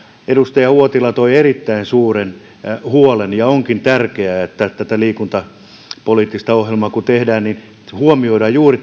edustaja uotila toi erittäin suuren huolen ja onkin tärkeää että kun tätä liikuntapoliittista ohjelmaa tehdään huomioidaan juuri